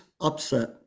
Upset